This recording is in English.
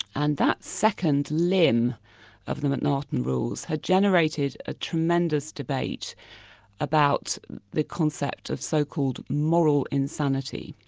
and that second limb of the m'naghten rules had generated a tremendous debate about the concept of so-called moral insanity.